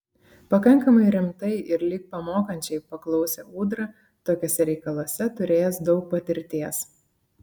pakankamai rimtai ir lyg pamokančiai paklausė ūdra tokiuose reikaluose turėjęs daug patirties